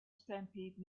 stampede